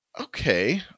okay